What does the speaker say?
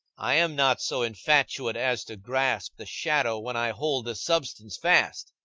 i am not so infatuate as to grasp the shadow when i hold the substance fast.